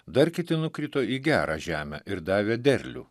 dar kiti nukrito į gerą žemę ir davė derlių